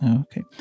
Okay